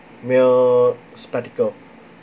mere spectacle